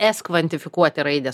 es kvantifikuoti raidę